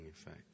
effect